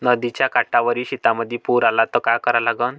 नदीच्या काठावरील शेतीमंदी पूर आला त का करा लागन?